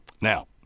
Now